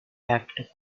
backed